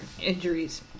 injuries